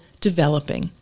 developing